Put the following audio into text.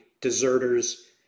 deserters